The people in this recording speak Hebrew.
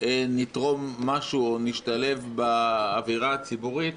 נתרום משהו או נשתלב באווירה הציבורית